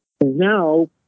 now